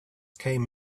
came